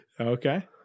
Okay